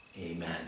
Amen